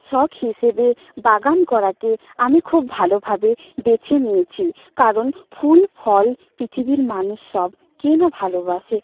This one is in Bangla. শখ হিসেবে বাগান করাকে আমি খুব ভালোভাবে বেছে নিয়েছি কারণ ফুল ফল পৃথিবীর মানুষ সব কে না ভালোবাসে